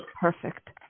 Perfect